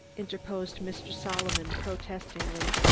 interposed mr. solomon protestingly,